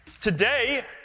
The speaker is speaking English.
Today